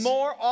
More